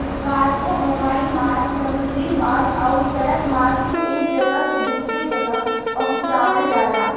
cargo हवाई मार्ग समुद्री मार्ग आउर सड़क मार्ग से एक जगह से दूसरे जगह पहुंचावल जाला